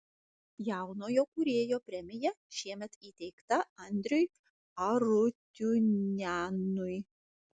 jaunojo kūrėjo premija šiemet įteikta andriui arutiunianui